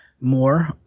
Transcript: more